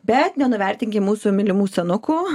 bet nenuvertinkim mūsų mylimų senukų